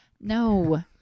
No